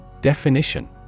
Definition